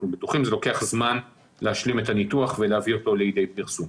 זה לוקח זמן להשלים את הניתוח ולהביא אותו לידי פרסום.